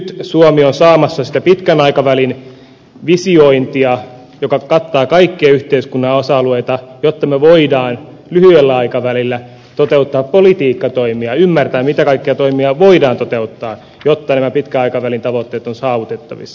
nyt suomi on saamassa sitä pitkän aikavälin visiointia joka kattaa kaikki yhteiskunnan osa alueet jotta me voimme lyhyellä aikavälillä toteuttaa politiikkatoimia ymmärtää mitä kaikkia toimia voidaan toteuttaa jotta nämä pitkän aikavälin tavoitteet ovat saavutettavissa